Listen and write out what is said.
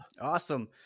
Awesome